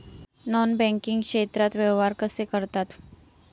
Non banking क्षेत्रात व्यवहार कसे करतात?